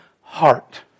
heart